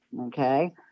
okay